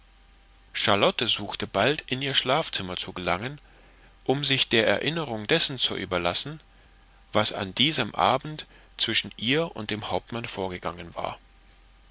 charlotte suchte bald in ihr schlafzimmer zu gelangen um sich der erinnerung dessen zu überlassen was diesen abend zwischen ihr und dem hauptmann vorgegangen war